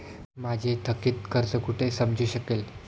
माझे थकीत कर्ज कुठे समजू शकेल?